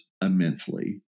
immensely